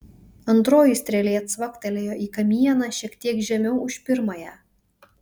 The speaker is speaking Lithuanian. antroji strėlė cvaktelėjo į kamieną šiek tiek žemiau už pirmąją